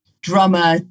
drummer